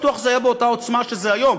אבל אני לא בטוח שזה היה באותה עוצמה שזה היום,